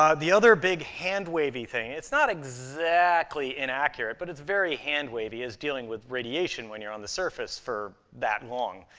um the other big hand-wave-y thing it's not exactly inaccurate, but it's very hand-wave-y is dealing with radiation when you're on the surface for that long.